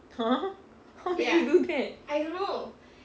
!huh! how did you do that